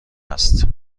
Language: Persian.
است